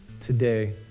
today